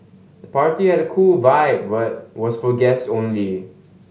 the party had a cool vibe but was for guests only